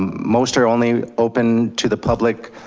most are only open to the public,